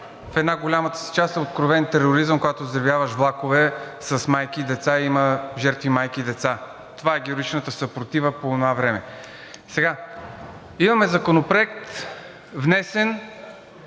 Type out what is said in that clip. в една голяма част е откровен тероризъм, когато взривяваш влакове с майки и деца, има жертви майки и деца. Това е героичната съпротива по онова време. Имаме Законопроект, внесен,